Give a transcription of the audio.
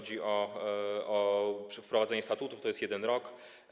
Przy wprowadzeniu statusów to jest 1 rok.